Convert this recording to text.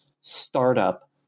startup